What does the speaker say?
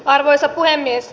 arvoisa puhemies